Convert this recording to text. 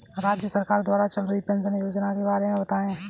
राज्य सरकार द्वारा चल रही पेंशन योजना के बारे में बताएँ?